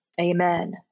Amen